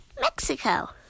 Mexico